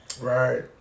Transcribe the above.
Right